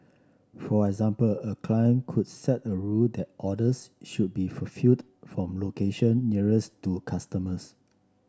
for example a client could set a rule that orders should be fulfilled from location nearest to customers